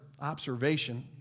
observation